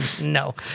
No